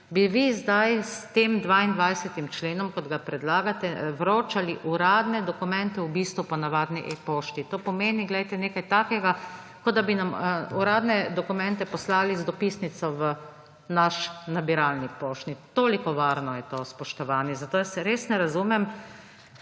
bi vi zdaj s tem 22. členom, kot ga predlagate, vročali uradne dokumente v bistvu po navadni e-pošti. To pomeni nekaj takega, kot da bi nam uradne dokumente poslali z dopisnico v naš poštni nabiralnik. Toliko varno je to, spoštovani. Zato jaz res ne razumem